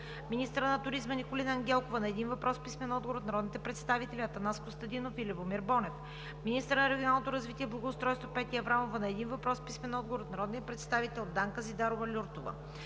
министърът на туризма Николина Ангелкова – на един въпрос с писмен отговор от народните представители Атанас Костадинов и Любомир Бонев; - министърът на регионалното развитие и благоустройството Петя Аврамова – на един въпрос с писмен отговор от народния представител Данка Зидарова-Люртова.